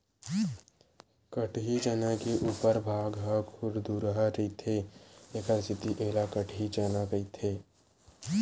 कटही चना के उपर भाग ह खुरदुरहा रहिथे एखर सेती ऐला कटही चना कहिथे